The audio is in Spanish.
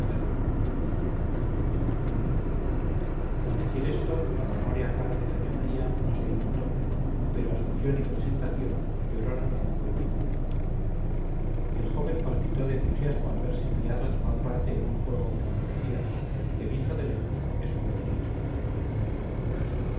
al decir esto la marmórea cara de doña maría no se inmutó pero asunción y presentación lloraron a moco y baba el joven palpitó de entusiasmo al verse enviado a tomar parte en un juego que no conocía y que visto de lejos es muy bonito